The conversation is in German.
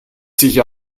sich